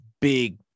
big